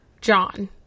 John